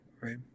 right